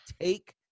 take